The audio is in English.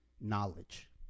knowledge